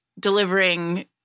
delivering